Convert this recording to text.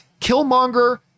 Killmonger